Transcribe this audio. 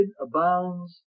abounds